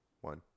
one